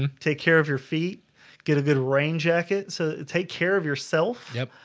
and take care of your feet get a good rain jacket so take care of yourself. yep,